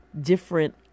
different